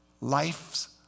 life's